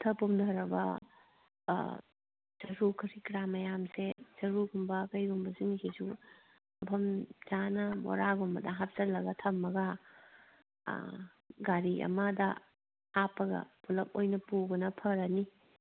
ꯄꯠꯊ ꯄꯨꯝꯊꯔꯕ ꯆꯔꯨ ꯀꯔꯤ ꯀꯔꯥ ꯃꯌꯥꯝꯁꯦ ꯆꯔꯨꯒꯨꯝꯕ ꯀꯩꯒꯨꯝꯕꯁꯤꯡꯁꯤꯁꯨ ꯃꯐꯝ ꯆꯥꯅ ꯕꯣꯔꯥꯒꯨꯝꯕꯗ ꯍꯥꯞꯆꯤꯜꯂꯒ ꯒꯥꯔꯤ ꯑꯃꯗ ꯍꯥꯞꯄꯒ ꯄꯨꯂꯞ ꯑꯣꯏꯅ ꯄꯨꯕꯅ ꯐꯔꯅꯤ